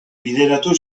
bideratu